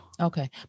Okay